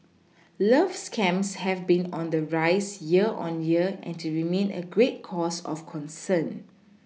love scams have been on the rise year on year and they remain a great cause of concern